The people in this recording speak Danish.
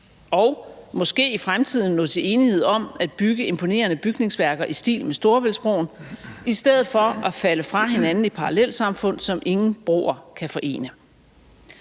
Og måske i fremtiden nå til enighed om at bygge imponerende bygningsværker i stil med Storebæltsbroen i stedet for at falde fra hinanden i parallelsamfund, som ingen broer kan forene.